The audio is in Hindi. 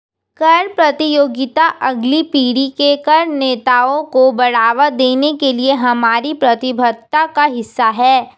कर प्रतियोगिता अगली पीढ़ी के कर नेताओं को बढ़ावा देने के लिए हमारी प्रतिबद्धता का हिस्सा है